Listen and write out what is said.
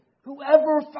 Whoever